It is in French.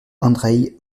andreï